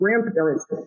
grandparents